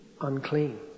unclean